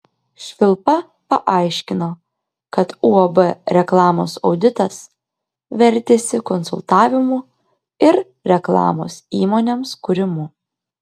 švilpa paaiškino kad uab reklamos auditas vertėsi konsultavimu ir reklamos įmonėms kūrimu